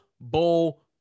bowl